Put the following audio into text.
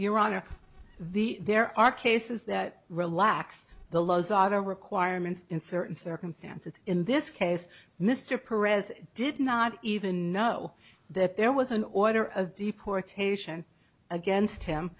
your honor the there are cases that relax the lozada requirements in certain circumstances in this case mr perez did not even know that there was an order of deportation against him